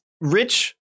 rich